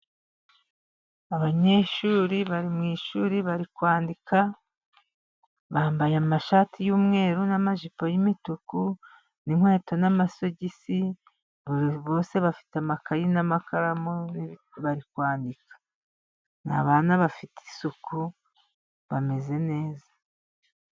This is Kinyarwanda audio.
Abanyeshuri bari mu ishuri bari kwandika, bambaye amashati y'umweru n'amajipo y'imituku, n'inkweto n'amasogis, buri bose bafite amakaye n'amakaramu bari kwandika. Ni abana bafite isuku, bameze neza.